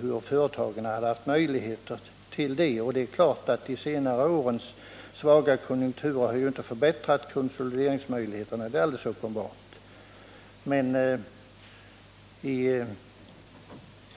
Det är alldeles uppenbart att de senaste årens svaga konjunktur inte har förbättrat konsolideringsmöjligheterna. Sedan får vi